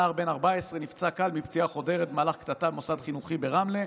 נער בן 14 נפצע קל מפציעה חודרת במהלך קטטה במוסד חינוכי ברמלה,